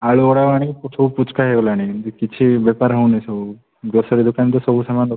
ଆଳୁ ପୁଚୁକା ହେଇଗଲାଣି ବି କିଛି ବେପାର ହଉନି ସବୁ ଗ୍ରୋସରି ଦୋକାନ ତ ସବୁ ସାମାନ୍